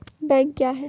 Bank क्या हैं?